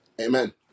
Amen